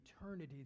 eternity